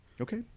Okay